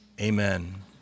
Amen